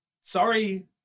sorry